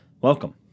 welcome